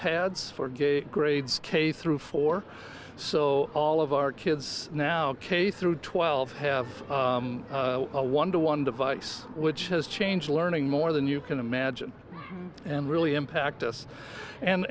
pads for gate grades k through four so all of our kids now k through twelve have a one to one device which has changed learning more than you can imagine and really impact us